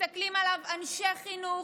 מסתכלים עליו אנשי חינוך,